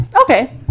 Okay